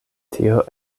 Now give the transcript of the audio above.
tio